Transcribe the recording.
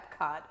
Epcot